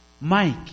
Mike